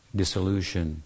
dissolution